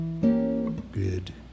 Good